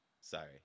Sorry